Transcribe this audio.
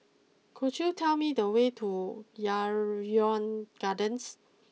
could you tell me the way to Yarrow Gardens